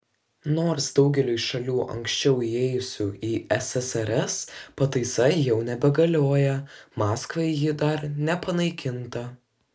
nors daugeliui šalių anksčiau įėjusių į ssrs pataisa jau nebegalioja maskvai ji dar nepanaikinta